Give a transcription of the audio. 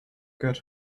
get